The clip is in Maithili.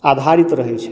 आधारित रहै छलै